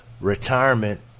retirement